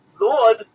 Lord